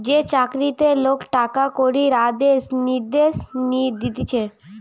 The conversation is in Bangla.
যে চাকরিতে লোক টাকা কড়ির আদেশ নির্দেশ দিতেছে